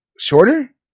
Shorter